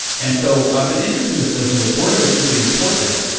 and so i've been interested in this notion that boredom is really important.